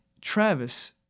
Travis